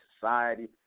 society